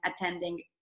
attending